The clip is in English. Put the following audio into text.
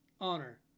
honor